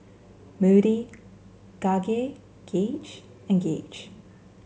Moody Gage and Gage